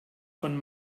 von